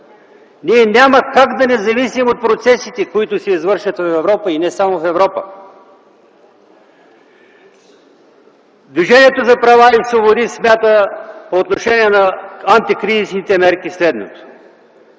Ние няма как да не зависим от процесите, които се извършват в Европа и не само в Европа. Движението за права и свободи смята по отношение на антикризисните мерки следното: